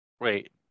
Wait